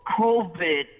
COVID